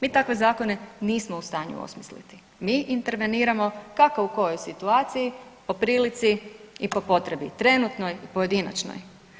Mi takve zakone nismo u stanju osmisliti, mi interveniramo kako u kojoj situaciji po prilici i po potrebi, trenutnoj i pojedinačnoj.